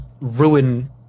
ruin